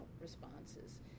responses